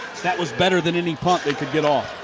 that was better than any punt they could get off.